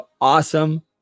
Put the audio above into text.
awesome